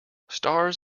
stars